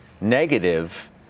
negative